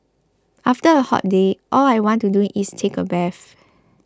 after a hot day all I want to do is take a bath